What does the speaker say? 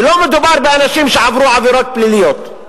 ולא מדובר באנשים שעברו עבירות פליליות,